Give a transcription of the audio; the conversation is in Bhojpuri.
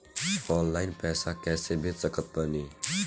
ऑनलाइन पैसा कैसे भेज सकत बानी?